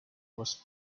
was